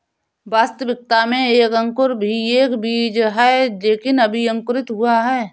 वास्तविकता में एक अंकुर भी एक बीज है लेकिन अभी अंकुरित हुआ है